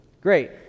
great